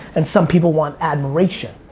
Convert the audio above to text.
and some people want admiration.